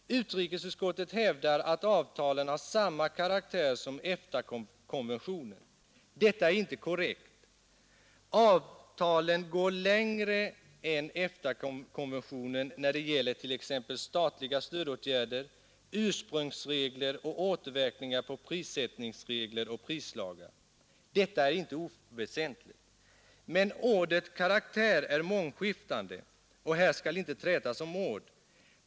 Utrikesutskottet hävdar att avtalen har samma karaktär som EFTA konventionen. Detta är inte korrekt. Avtalen går längre än EFTA-konventionen när det gäller t.ex. statliga stödåtgärder, ursprungsregler och återverkningar på prissättningsregler och prislagar. Detta är inte oväsentligt. Men ordet ”karaktär” är mångskiftande. Och här skall inte trätas om ord.